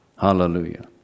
Hallelujah